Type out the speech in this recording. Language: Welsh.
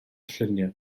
lluniau